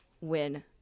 win